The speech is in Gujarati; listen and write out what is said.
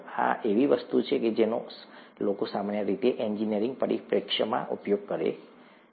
આ એવી વસ્તુ છે જેનો લોકો સામાન્ય રીતે એન્જિનિયરિંગ પરિપ્રેક્ષ્યમાં ઉપયોગ કરે છે